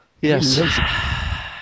Yes